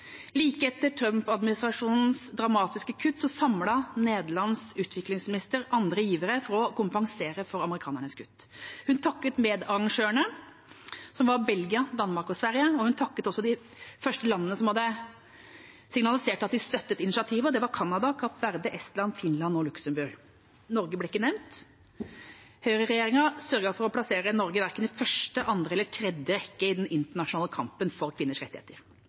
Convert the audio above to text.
Like etter Trump-administrasjonens dramatiske kutt samlet Nederlands utviklingsminister andre givere for å kompensere for amerikanernes kutt. Hun takket medarrangørene, som var Belgia, Danmark og Sverige, og hun takket også de første landene som hadde signalisert at de støttet initiativet, som var Canada, Kapp Verde, Estland, Finland og Luxembourg. Norge ble ikke nevnt. Høyreregjeringa sørget for å plassere Norge verken i første, andre eller tredje rekke i den internasjonale kampen for kvinners rettigheter.